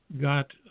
got –